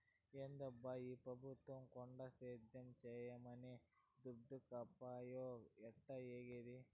ఏందబ్బా ఈ పెబుత్వం కొండ సేద్యం చేయమనె దుడ్డీకపాయె ఎట్టాఏగేది